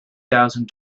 thousand